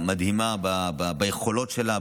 מדהימה ביכולות שלה,